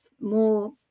more